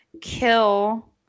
kill